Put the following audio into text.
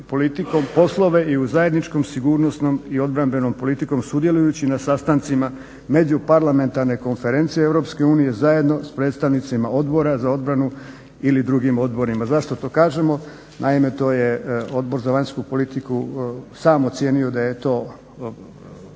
poslove i u zajedničkom sigurnosnom i obrambenom politikom sudjelujući na sastancima međuparlamentarne konferencije EU zajedno s predstavnicima Odbora za obranu ili drugim odborima. Zašto to kažemo? Naime, to je odbor za vanjsku politiku sam ocijenio da je to